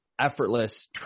effortless